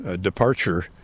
departure